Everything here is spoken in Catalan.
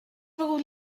begut